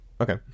okay